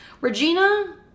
Regina